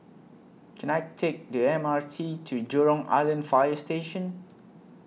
Can I Take The M R T to Jurong Island Fire Station